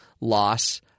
loss